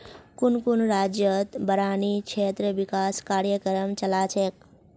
कुन कुन राज्यतत बारानी क्षेत्र विकास कार्यक्रम चला छेक